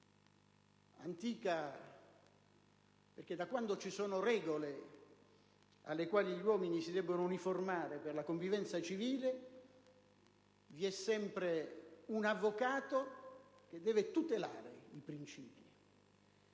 antica perché, da quando ci sono regole alle quali gli uomini si debbono uniformare per la convivenza civile, vi è sempre un avvocato che deve tutelare i principi